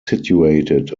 situated